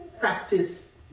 practice